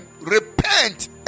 repent